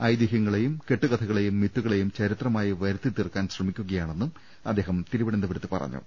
ഐതിഹൃങ്ങളെയും കെട്ടുകഥകളെയും മിത്തുകളെയും ചരിത്രമായി വരുത്തി ത്തീർക്കാൻ ശ്രമിക്കുകയാണെന്നും അദ്ദേഹം തിരുവനന്തപുരത്ത് പറഞ്ഞു